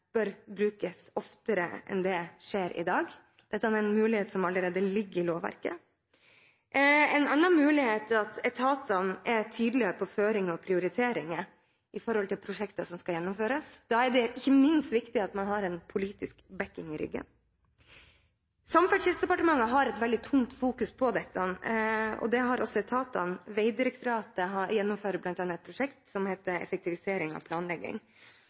bør brukes oftere enn det man gjør i dag. Dette er en mulighet som allerede ligger i lovverket. En annen mulighet er at etatene er tydeligere på føringer og prioriteringer med hensyn til prosjekter som skal gjennomføres. Da er det ikke minst viktig at man har en politisk «backing» i ryggen. Samferdselsdepartementet har et veldig tungt fokus på dette. Det har også etatene. Vegdirektoratet gjennomfører bl.a. et prosjekt som heter «Effektivisering av planlegging».